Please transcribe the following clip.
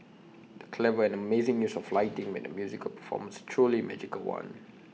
the clever and amazing use of lighting made the musical performance truly magical one